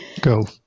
Go